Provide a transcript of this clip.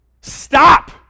Stop